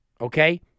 okay